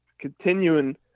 continuing